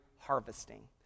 harvesting